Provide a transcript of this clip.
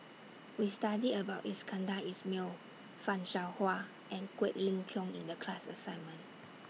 We studied about Iskandar Ismail fan Shao Hua and Quek Ling Kiong in The class assignment